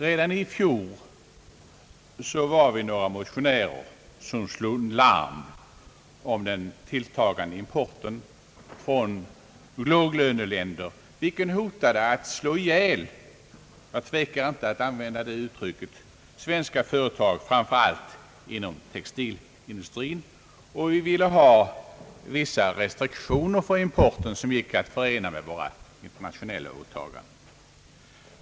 Redan i fjol slog några motionärer larm om den tilltagande importen från låglöneländer vilken hotade att slå ihjäl — jag tvekar inte att använda det uttrycket — svenska företag, framför allt inom textilindustrin. Vi ville införa vissa sådana restriktioner för importen, som skulle gå att förena med våra internationella åtaganden.